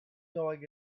going